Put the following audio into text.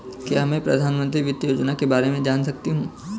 क्या मैं प्रधानमंत्री वित्त योजना के बारे में जान सकती हूँ?